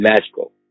magical